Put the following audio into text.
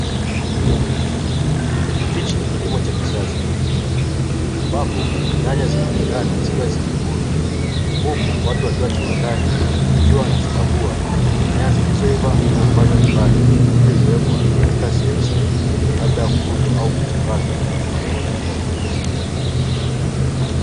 Hichi ni kilimo cha kisasa ambapo nyanya zinaonekana zikiwa zimevunwa, huku watu wakiwa kiwandani wakiwa wanazikagua nyanya zilizoiva na ambazo ni bado ili kuwekwa katika sehemu sahihi kabla ya kuuzwa au kuchakatwa na kuwekwa katika vifungashio vyake.